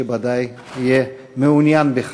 ודאי למי שיהיה מעוניין בכך.